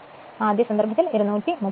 5 ആദ്യ സന്ദർഭത്തിൽ 230 വോൾട്ട്